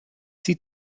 sie